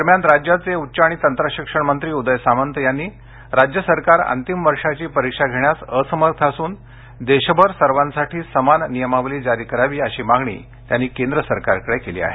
दरम्यान राज्याचे उच्च आणि तंत्रशिक्षण मंत्री उदय सामंत यांनी राज्य सरकार अंतिम वर्षाची परीक्षा घेण्यास असमर्थ असून देशभर सर्वांसाठी समान नियमावली जारी करावी अशी मागणी केंद्र सरकारकडे केली आहे